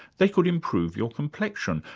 they could improve your complexion,